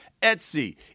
Etsy